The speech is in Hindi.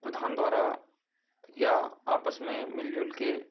प्रधान द्वारा या आपस में मिलजुलकर